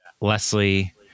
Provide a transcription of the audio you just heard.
Leslie